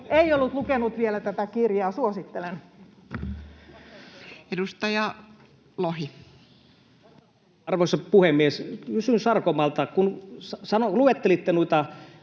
ei ollut lukenut vielä tätä kirjaa — suosittelen. Edustaja Lohi. Arvoisa puhemies! Kysyn Sarkomaalta: Kun luettelitte noita